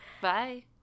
Bye